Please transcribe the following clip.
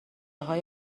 های